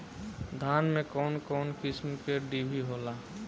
धान में कउन कउन किस्म के डिभी होला?